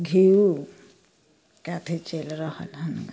घ्यू के अथी झा चैल रहल हम्मे